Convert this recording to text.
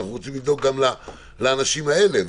אנחנו רוצים לדאוג גם לאנשים האלה,